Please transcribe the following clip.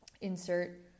insert